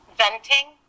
venting